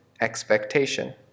expectation